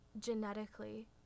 genetically